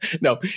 No